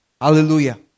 Hallelujah